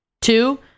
Two